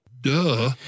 Duh